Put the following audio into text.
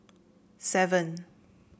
seven